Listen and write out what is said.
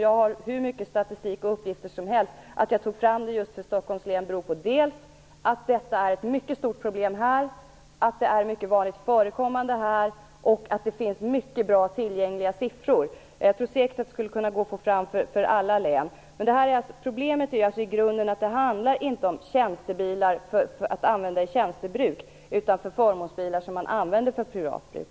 Jag har hur mycket statistik och uppgifter som helst. Att jag just tog fram dem för Stockholms län beror på att det är ett mycket stort problem här, att det är mycket vanligt förekommande här och att det finns mycket bra tillgängliga siffror. Jag tror säkert att det går att få fram siffror för alla län. Problemet är att det i grunden inte handlar om tjänstebilar som används för tjänstebruk utan om förmånsbilar som används för privat bruk.